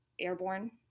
airborne